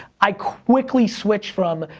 i quickly switch from,